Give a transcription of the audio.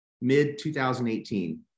mid-2018